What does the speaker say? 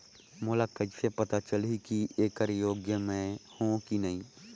मोला कइसे पता चलही की येकर योग्य मैं हों की नहीं?